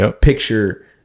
picture